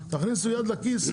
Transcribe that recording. תכניסו את היד לכיס.